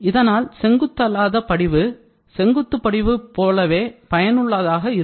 இதனால் செங்குத்தல்லாத படிவு செங்குத்து படிவு போலவே பயனுள்ளதாக இருக்கும்